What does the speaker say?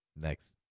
next